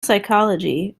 psychology